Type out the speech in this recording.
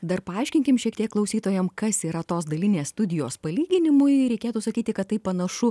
dar paaiškinkim šiek tiek klausytojam kas yra tos dalinės studijos palyginimui reikėtų sakyti kad tai panašu